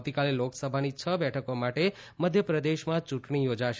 આવતીકાલે લોકસભાની છ બેઠકો માટે મધ્યપ્રદેશમાં ચૂંટણી યોજાશે